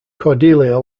cordelia